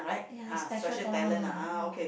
ya the special talent one lah !wah!